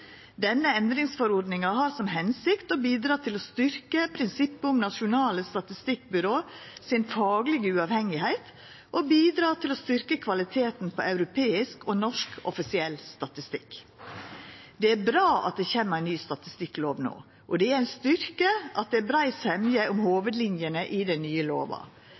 Denne endringsforordninga har som hensikt å bidra til å styrkja prinsippet om nasjonale statistikkbyrå sin faglege uavhengigheit og til å styrkja kvaliteten på europeisk og norsk offisiell statistikk. Det er bra at det kjem ei ny statistikklov no. Det er ein styrke at det er brei semje om hovudlinjene i den nye lova.